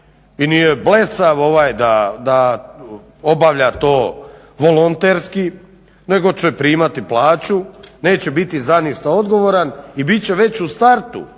i nije blesav da obavlja to volonterski nego će primati plaću, neće biti za ništa odgovoran i bit će već u startu